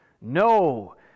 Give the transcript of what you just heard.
No